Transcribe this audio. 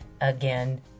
again